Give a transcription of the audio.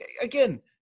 again